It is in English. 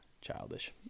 childish